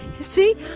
See